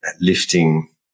lifting